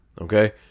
okay